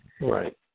Right